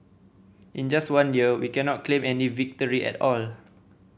in just one year we cannot claim any victory at all